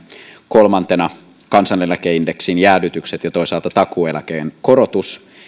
kolmantena kansaneläkeindeksin jäädytykset ja toisaalta takuueläkkeen korotus